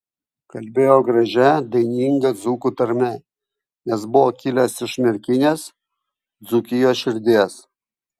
kalbėjo gražia daininga dzūkų tarme nes buvo kilęs iš merkinės dzūkijos širdies